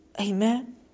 Amen